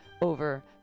over